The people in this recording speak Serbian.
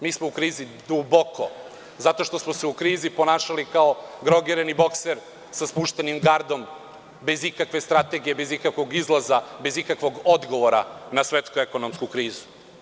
Mi smo u krizi duboko zato što smo se u krizi ponašali kao drogirani bokser sa spuštenim gardom, bez ikakve strategije, bez ikakvog izlaza, bez ikakvog odgovora na svetsku ekonomsku krizu.